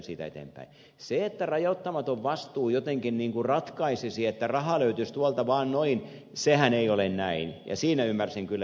se että rajoittamaton vastuu jotenkin niin kuin ratkaisisi että rahaa löytyisi tuolta noin vaan sehän ei ole näin ja siinä ymmärsin kyllä ed